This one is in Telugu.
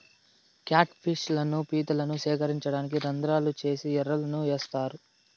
క్యాట్ ఫిష్ లను, పీతలను సేకరించడానికి రంద్రాలు చేసి ఎరలను ఏత్తారు